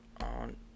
on